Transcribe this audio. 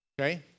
okay